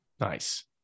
Nice